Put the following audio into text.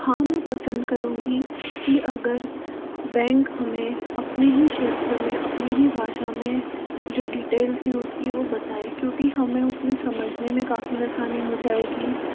हाँ मैं पसंद करूंगी कि अगर बैंक हमें अपने ही क्षेत्र में अपनी ही भाषा में जो डिटेल्स हैं उसकी वह बताए क्योंकि हमें उसमें समझने में काफी आसानी हो जाएगी